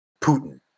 Putin